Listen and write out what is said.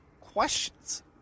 questions